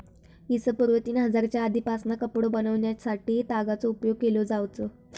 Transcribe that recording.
इ.स पूर्व तीन हजारच्या आदीपासना कपडो बनवच्यासाठी तागाचो उपयोग केलो जावचो